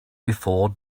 before